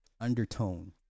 undertone